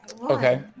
Okay